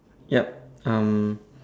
yup um